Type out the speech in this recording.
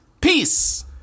peace